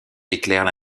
éclairent